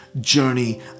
journey